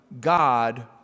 God